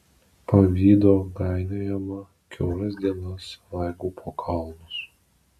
pavydo gainiojama kiauras dienas laigau po kalnus